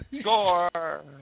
Score